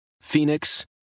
Phoenix